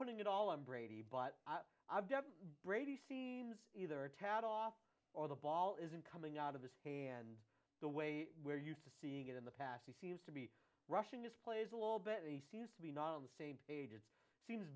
putting it all on brady but i've done brady seems either a tad off or the ball isn't coming out of this hand the way we're used to seeing it in the past we seem to be rushing his plays a little bit and he seems to be not on the same page it's seems